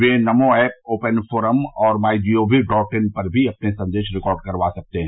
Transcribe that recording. वे NaMo app open forum और my G O V dot in पर भी अपने संदेश रिकार्ड करवा सकते हैं